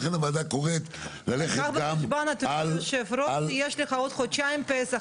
אדוני היושב-ראש, קח בחשבון שבעוד חודשיים פסח.